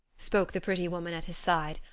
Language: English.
spoke the pretty woman at his side,